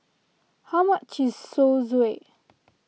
how much is Zosui